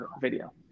video